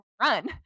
run